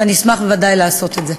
ואני אשמח בוודאי לעשות את זה.